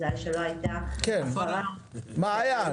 בגלל שלא הייתה הפרה --- מעיין,